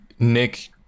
Nick